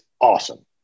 awesome